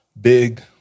big